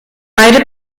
beide